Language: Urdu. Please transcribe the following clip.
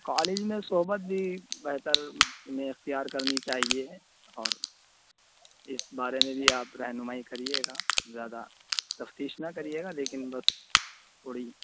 کالج میں صحبت بھی بہتر انہیں اختیار کرنی چاہیے اور اس بارے میں بھی آپ رہنمائی کریے گا زیادہ تفتیش نہ کریے گا لیکن بس تھوڑی